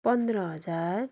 पन्ध्र हजार